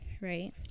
right